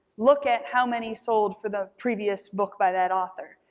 look at how many sold for the previous book by that author,